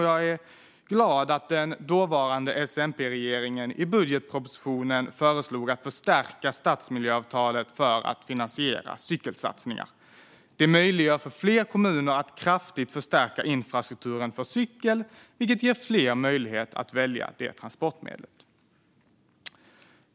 Jag är också glad att den dåvarande S-MP-regeringen i budgetpropositionen föreslog en förstärkning av stadsmiljöavtalet för att finansiera cykelsatsningar. Det möjliggör för fler kommuner att kraftigt förstärka infrastrukturen för cykel, vilket ger fler möjlighet att välja detta transportmedel.